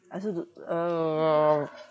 I also don't uh